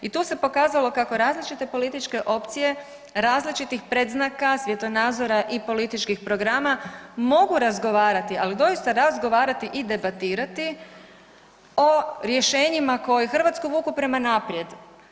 I tu se pokazalo kako različite političke opcije, različitih predznaka, svjetonazora i političkih programa mogu razgovarati, ali doista razgovarati i debatirati o rješenjima koja Hrvatsku vuku prema naprijed.